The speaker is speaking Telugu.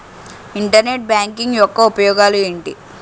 ఇంటర్నెట్ బ్యాంకింగ్ యెక్క ఉపయోగాలు ఎంటి?